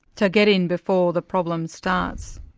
so get in before the problem starts?